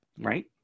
Right